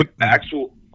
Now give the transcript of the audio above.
Actual